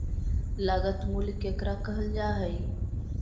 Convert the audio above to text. लागत मूल्य केकरा कहल जा हइ?